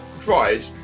Tried